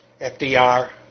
FDR